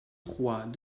trois